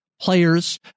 players